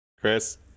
chris